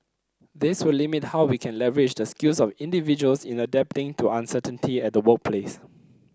this will limit how we can leverage the skills of individuals in adapting to uncertainty at the workplace